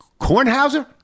Kornhauser